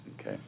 okay